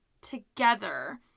together